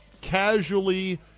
casually –